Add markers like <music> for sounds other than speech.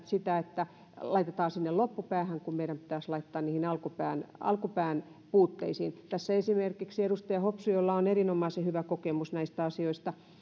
<unintelligible> sitä että laitetaan sinne loppupäähän kun meidän pitäisi laittaa niihin alkupään alkupään puutteisiin tässä esimerkiksi edustaja hopsu jolla on erinomaisen hyvä kokemus näistä asioista